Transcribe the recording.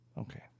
Okay